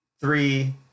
three